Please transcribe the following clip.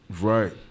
Right